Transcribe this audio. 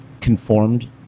conformed